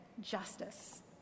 justice